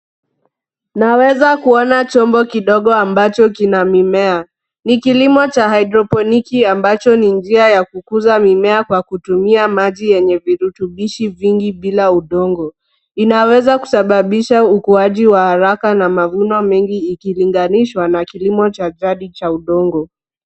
Tunaweza kuona chombo kidogo ambacho kina mimea. Ni kilimo cha haidroponiki ambacho ni njia ya kukuza mimea kwa kutumia maji yenye virutubisho vingi bila udongo. Inaweza kusababisha ukuaji wa haraka na mavuno mengi ikilinganishwa na kilimo cha jadi cha udongo.